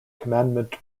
commandment